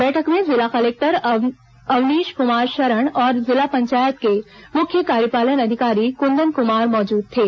बैठक में जिला कलेक्टर अवनीश कुमार शरण और जिला पंचायत के मुख्य कार्यपालन अधिकारी कुंदन कुमार मौजूद थे